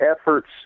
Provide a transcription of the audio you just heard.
efforts